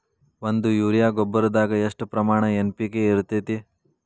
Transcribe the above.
ಒಂದು ಯೂರಿಯಾ ಗೊಬ್ಬರದಾಗ್ ಎಷ್ಟ ಪ್ರಮಾಣ ಎನ್.ಪಿ.ಕೆ ಇರತೇತಿ?